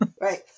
right